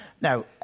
Now